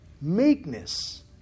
meekness